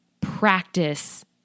practice